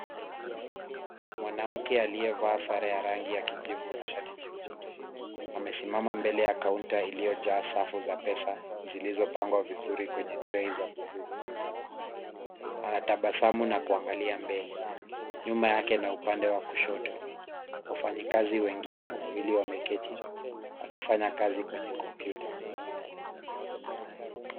Mwanamke aliyevaa sare ya rangi ya kijivu na shati jekundu amesimama mbele ya kaunta iliyojaa safu za pesa zilizo pangwa vizuri kwenye trai za buluu. Anatabasamu na kuangalia mbele. Nyuma yake na upande wa kushoto wafanyikazi wengine wawili wameketi wakifanya kazi kwenye kompyuta.